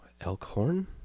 Elkhorn